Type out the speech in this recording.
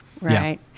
Right